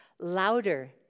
louder